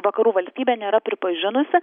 vakarų valstybė nėra pripažinusi